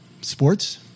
Sports